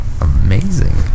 amazing